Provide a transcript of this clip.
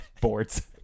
boards